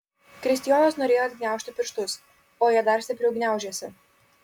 kristijonas norėjo atgniaužti pirštus o jie dar stipriau gniaužėsi